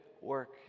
work